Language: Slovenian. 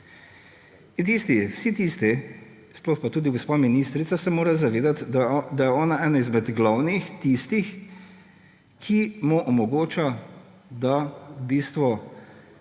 Vsi tisti, sploh pa tudi gospa ministrica se mora zavedati, da je ona ena izmed glavnih, tistih, ki mu omogoča, ja, v bistvu